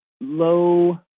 low